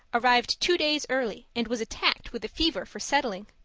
arrived two days early and was attacked with a fever for settling.